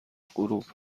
غروب